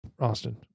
Austin